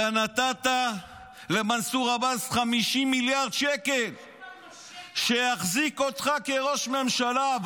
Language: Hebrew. אתה נתת למנסור עבאס 50 מיליארד שקל שיחזיק אותך כראש ממשלה.